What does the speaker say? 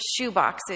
shoeboxes